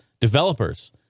developers